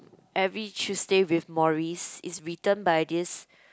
every Tuesday with Morris it's written by this